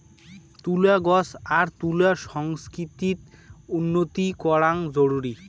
তুলা গছ আর তুলা সংস্কৃতিত উন্নতি করাং জরুরি